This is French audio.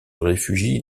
réfugient